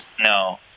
No